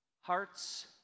Hearts